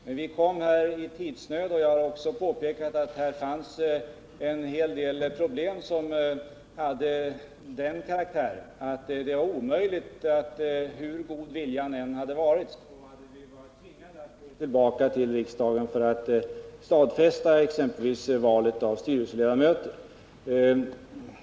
Men vi kom i tidsnöd, och jag har också påpekat att här fanns en hel del problem som var av den arten att hur god viljan än hade varit så hade vi varit tvingade att gå tillbaka till riksdagen, exempelvis för att stadfästa valet av styrelseledamöter.